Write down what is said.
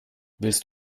willst